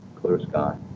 clear sky